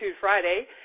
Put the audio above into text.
Friday